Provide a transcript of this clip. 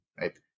right